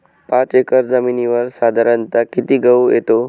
पाच एकर जमिनीवर साधारणत: किती गहू येतो?